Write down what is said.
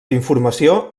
d’informació